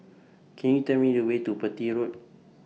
Can YOU Tell Me The Way to Petir Road